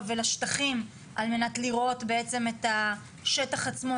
ולשטחים על מנת לראות בעצם את השטח עצמו,